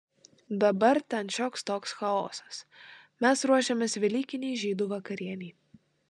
dabar ten šioks toks chaosas mes ruošėmės velykinei žydų vakarienei